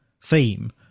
theme